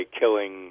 killing